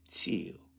Chill